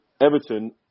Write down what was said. Everton